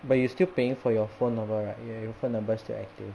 but you still paying for your phone number right your your phone number still active